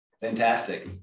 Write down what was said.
Fantastic